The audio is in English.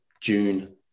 June